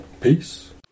Peace